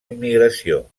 immigració